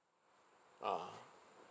ah